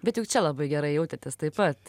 bet juk čia labai gerai jautėtės taip pat